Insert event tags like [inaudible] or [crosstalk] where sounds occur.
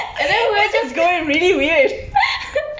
[laughs]